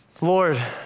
Lord